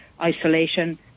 isolation